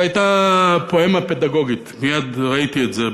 זו הייתה פואמה פדגוגית, מייד ראיתי את זה.